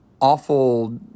awful